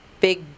big